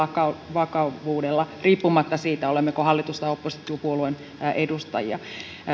vakavuudella riippumatta siitä olemmeko hallitus vai oppositiopuolueen edustajia